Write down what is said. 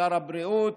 שר הבריאות,